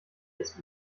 ist